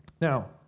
Now